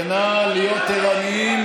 ונא להיות ערניים,